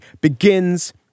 begins